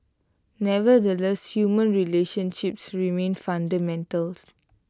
nevertheless human relationships remain fundamentals